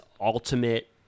ultimate